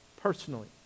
personally